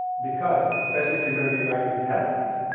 because, especially if you're going to be writing tests,